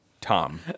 Tom